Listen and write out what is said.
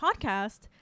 podcast